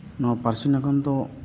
ᱱᱚᱣᱟ ᱯᱟᱹᱨᱥᱤ ᱱᱟᱜᱟᱢ ᱫᱚ